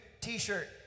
t-shirt